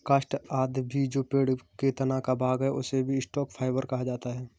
काष्ठ आदि भी जो पेड़ के तना का भाग है, उसे भी स्टॉक फाइवर कहा जाता है